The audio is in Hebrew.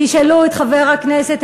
תשאלו את חבר הכנסת,